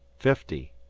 fifty,